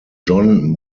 john